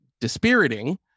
dispiriting